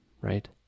right